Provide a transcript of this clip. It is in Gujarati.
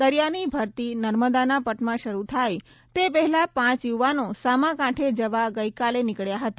દરિયાની ભરતી નર્મદાના પટમાં શરૂ થાય તે પહેલાં પાંચ યુવાનો સામાકાંઠે જવા ગઇકાલે નીકળ્યા હતા